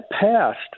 passed